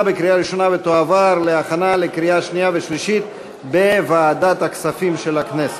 ותועבר להכנה לקריאה שנייה ושלישית בוועדת הכספים של הכנסת.